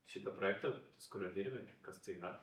šitą projektą ties kuriuo dirbi kas tai yra